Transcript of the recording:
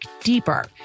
deeper